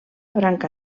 branca